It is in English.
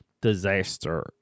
disaster